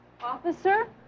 Officer